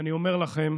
אני אומר לכם: